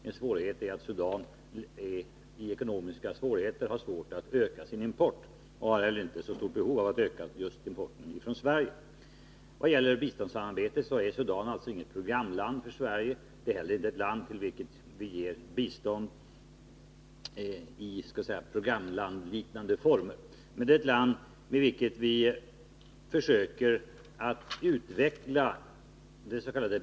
Ett problem är att Sudan är i ekonomiska svårigheter och har svårt att öka sin import. Sudan har inte heller så stort behov av att öka importen från just Sverige. Vad gäller biståndssamarbete är Sudan alltså inte något programland för Sverige. Det är inte heller ett land till vilket vi ger bistånd i programlandsliknande former. Men det är ett land med vilket vi försöker utveckla dets.k.